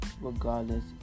regardless